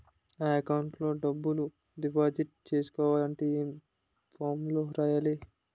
నా అకౌంట్ లో డబ్బులు డిపాజిట్ చేసుకోవాలంటే ఏ ఫామ్ లో రాయాలి?